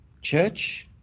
church